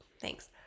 thanks